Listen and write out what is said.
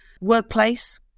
Workplace